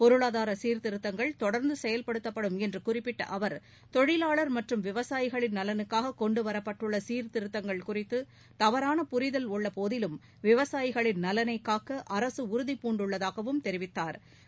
பொருளாதார சீர்த்திருத்தங்கள் தொடர்ந்து செயல்படுத்தப்படும் என்று குறிப்பிட்ட அவர் தொழிலாளர் மற்றும் விவசாயிகளின் நலனுக்காக கொண்டுவரப்பட்டுள்ள சீர்த்திருத்தங்கள் குறித்து தவறான புரிதல் உள்ள போதிலும் விவசாயிகளின் நலனை காக்க அரசு உறுதிபூண்டுள்ளதாகவும் தெரிவித்தாா்